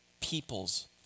people's